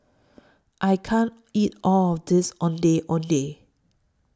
I can't eat All of This Ondeh Ondeh